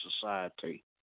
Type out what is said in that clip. society